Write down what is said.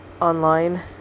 online